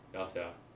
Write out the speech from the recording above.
ya sia